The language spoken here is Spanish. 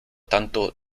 tanto